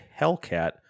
Hellcat